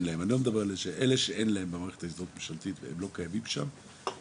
להם מערכת הזדהות ממשלתית והם לא קיימים שם,